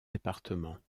départements